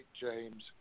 James